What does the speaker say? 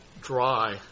dry